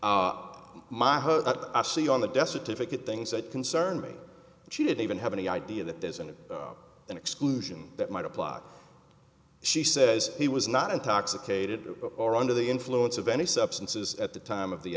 what i see on the death certificate things that concern me she didn't even have any idea that there isn't an exclusion that might apply she says he was not intoxicated or under the influence of any substances at the time of the